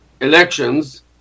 elections